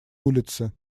улицы